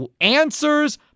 answers